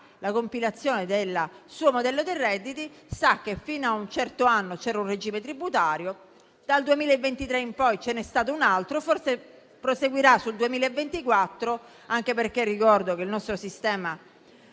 la compilazione del suo modello di dichiarazione dei redditi, saprà che fino a un certo anno c'era un regime tributario, dal 2023 in poi ce n'è stato un altro e forse proseguirà per il 2024 (anche perché ricordo che il nostro sistema